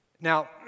Now